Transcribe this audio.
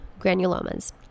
granulomas